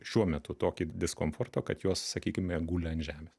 šiuo metu tokį diskomfortą kad jos sakykime guli ant žemės